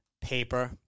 paper